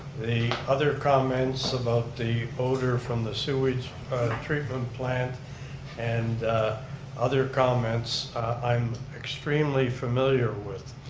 the other comments about the odor from the sewage treatment plant and other comments i'm extremely familiar with.